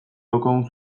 daukagun